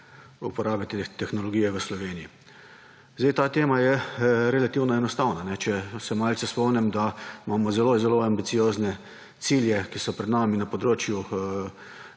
uporabe te tehnologije v Sloveniji. Zdaj, ta tema je relativno enostavna. Če se malce spomnim, da imamo zelo, zelo ambiciozne cilje, ki so pred nami, na področju